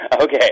Okay